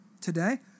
today